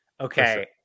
Okay